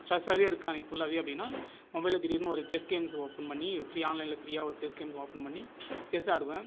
ஸ்ட்ரெஸ்ஸாகவே இருக்க அன்னைக்கு ஃபுல்லாகவே அப்படினா மொபைல்யில் திடீர்னு ஒரு செஸ் கேம்ஸ் ஓபன் பண்ணி ஃப்ரீ ஆன்லைனில் ஃப்ரீயா ஒரு செஸ் கேம் ஓபன் பண்ணி செஸ் ஆடுவேன்